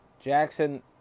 Jackson